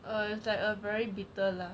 err it's like a very bitter lah